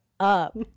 up